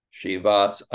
Shivas